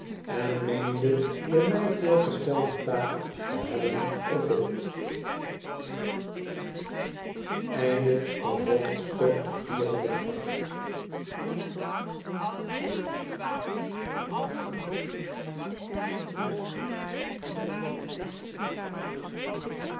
en meende de mij voorgestelde taak te hebben vervuld